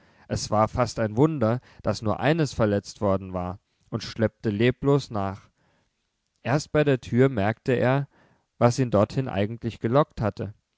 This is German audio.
es war fast ein wunder daß nur eines verletzt worden war und schleppte leblos nach erst bei der tür merkte er was ihn dorthin eigentlich gelockt hatte